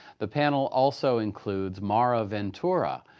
the panel also includes mara ventura,